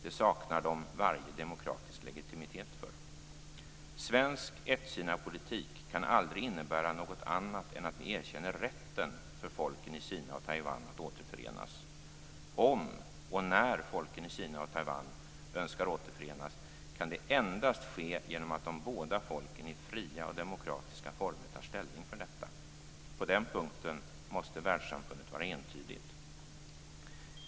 Det saknar de varje demokratisk legitimitet för. Svensk ett-Kina-politik kan aldrig innebära något annat än att vi erkänner rätten för folken i Kina och Taiwan att återförenas. Om och när folken i Kina och i Taiwan önskar återförenas kan det endast ske genom att de båda folken i fria och demokratiska former tar ställning för detta. På den punkten måste världssamfundet vara entydigt.